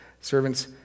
Servants